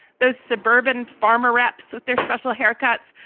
those suburban farmer reps with their special haircuts.